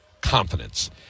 confidence